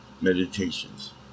meditations